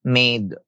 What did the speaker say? made